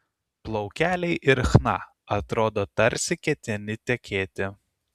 plaukeliai ir chna atrodo tarsi ketini tekėti